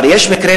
אבל יש מקרה,